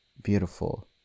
Beautiful